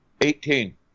Eighteen